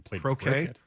Croquet